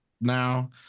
now